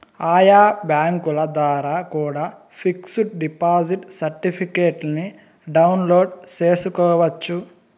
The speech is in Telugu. ఆయా బ్యాంకుల ద్వారా కూడా పిక్స్ డిపాజిట్ సర్టిఫికెట్ను డౌన్లోడ్ చేసుకోవచ్చు